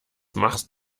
machst